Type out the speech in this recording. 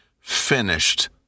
finished